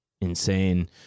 insane